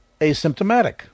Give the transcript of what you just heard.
asymptomatic